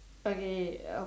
okay